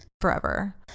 forever